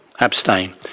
abstain